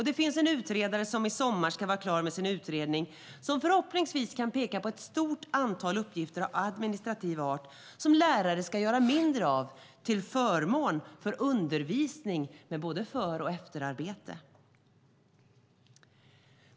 Det finns en utredare som i sommar ska vara klar med sin utredning och som förhoppningsvis kan peka på ett stort antal uppgifter av administrativ art som lärare ska göra mindre av till förmån för undervisning med både för och efterarbete.